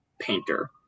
painter